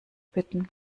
bitten